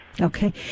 Okay